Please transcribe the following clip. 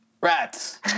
Rats